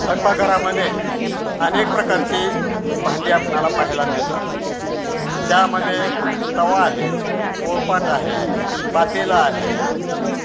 स्वयंकघरामध्ये अनेक प्रकारची भांडी आपणाला पहायला मिळतात त्यामध्ये तवा आहे पोळपाट आहे पातेलं आहे